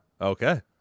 Okay